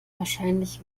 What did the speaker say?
wahrscheinlich